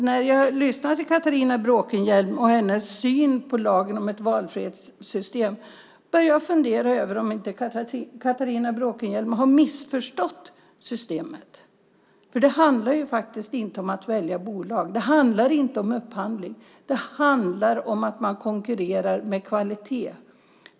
När jag lyssnar till Catharina Bråkenhielm och hennes syn på lagen om ett valfrihetssystem börjar jag fundera över om inte Catharina Bråkenhielm har missförstått systemet. Det handlar ju faktiskt inte om att välja bolag. Det handlar inte om upphandling. Det handlar om att man konkurrerar med kvalitet.